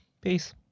peace